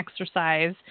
exercise